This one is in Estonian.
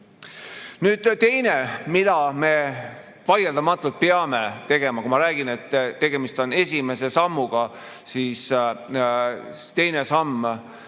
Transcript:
Teine, mida me vaieldamatult peame tegema – ma rääkisin, et tegemist on esimese sammuga, teine samm